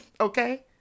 okay